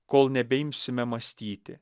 kol nebeimsime mąstyti